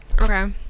Okay